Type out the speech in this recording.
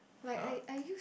!huh!